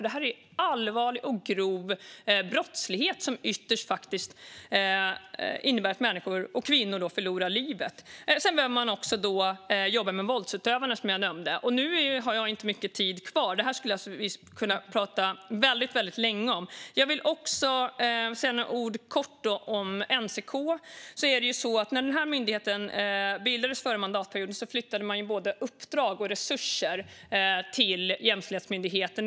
Det handlar ju om allvarlig och grov brottslighet som ytterst innebär att människor - kvinnor - förlorar livet. Som jag nämnde behöver man även jobba med våldsutövarna. Min repliktid börjar ta slut. Som jag sa skulle vi kunna tala väldigt länge om detta. Jag vill dock kort säga några ord om NCK. När myndigheten bildades under förra mandatperioden flyttades både uppdrag och resurser till Jämställdhetsmyndigheten.